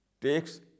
takes